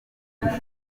ahubwo